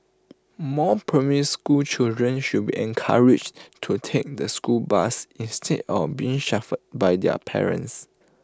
more primary school children should be encouraged to take the school bus instead of being chauffeured by their parents